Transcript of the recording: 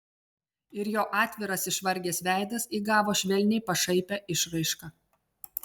ir jo atviras išvargęs veidas įgavo švelniai pašaipią išraišką